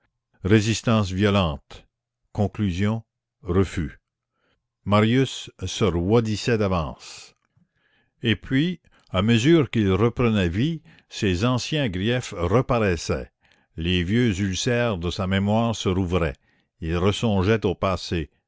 résistance violente conclusion refus marius se roidissait d'avance et puis à mesure qu'il reprenait vie ses anciens griefs reparaissaient les vieux ulcères de sa mémoire se rouvraient il resongeait au passé